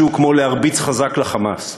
משהו כמו להרביץ חזק ל"חמאס".